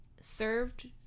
served